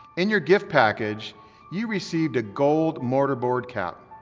in your gift package you received a gold mortarboard cap.